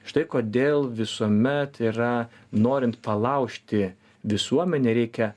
štai kodėl visuomet yra norint palaužti visuomenę reikia